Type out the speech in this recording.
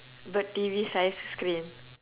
got T_V size screen